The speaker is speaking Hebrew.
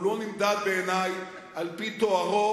הוא לא נמדד בעיני על-פי תוארו